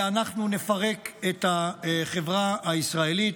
ואנחנו נפרק את החברה הישראלית.